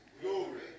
glory